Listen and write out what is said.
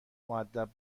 مودب